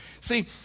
See